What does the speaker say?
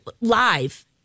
live